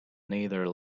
neither